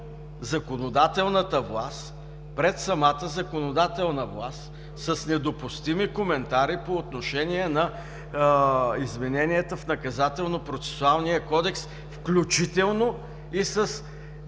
законодателната власт пред самата законодателна власт с недопустими коментари по отношение на измененията в Наказателно-процесуалния кодекс, включително и с